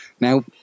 Now